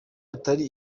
atari